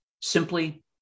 simply